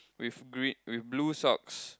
with green with blue socks